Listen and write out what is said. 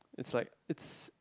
it's like it's